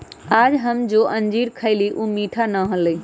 आज हम जो अंजीर खईली ऊ मीठा ना हलय